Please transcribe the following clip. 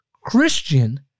Christian